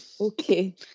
okay